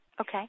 Okay